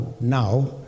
now